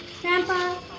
Grandpa